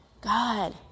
God